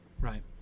right